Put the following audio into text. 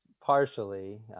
partially